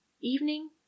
evening